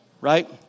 right